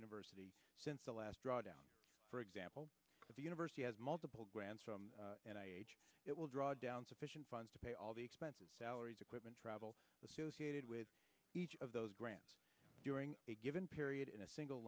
university since the last drawdown for example at the university has multiple grants from and it will draw down sufficient funds to pay all the expenses salaries equipment travel associated with each of those grants during a given period in a single